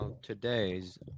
Today's